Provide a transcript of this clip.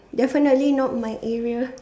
definitely not my area